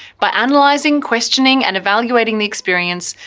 by analyzing, questioning and evaluating the experience,